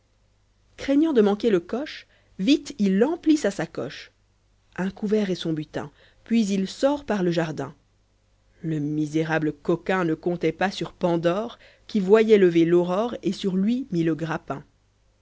craignant de manquer le coche vite il emplit sa sacoche un couvert est son butin puis il sort par le jardin le misérable coquin ne comptait pas sur pandore qui voyait lever l'aurore et sur lui mit le grappin